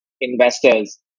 investors